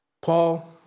Paul